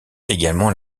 également